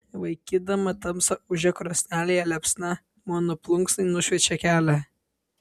vaikydama tamsą ūžia krosnelėje liepsna mano plunksnai nušviečia kelią